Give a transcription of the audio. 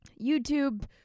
YouTube